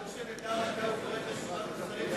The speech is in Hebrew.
רק שנדע מתי הוא קורא את רשימת השרים,